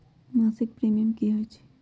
मासिक प्रीमियम की होई छई?